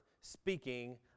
speaking